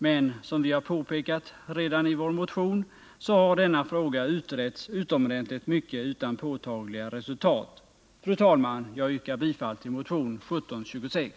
Men som vi har påpekat redan i vår motion har denna fråga utretts utomordentligt mycket utan påtagliga resultat. Fru talman! Jag yrkar bifall till motion 1726.